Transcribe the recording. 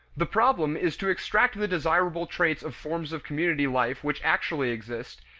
the problem is to extract the desirable traits of forms of community life which actually exist,